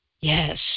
Yes